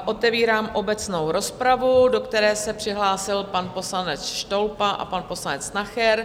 Otevírám obecnou rozpravu, do které se přihlásil pan poslanec Štolpa a pan poslanec Nacher.